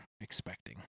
expecting